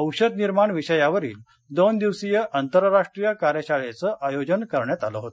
औषध निर्माण विषयावरील दोन दिवसीय आंतरराष्ट्रीय कार्यशाळेचं आयोजन करण्यात आलं होत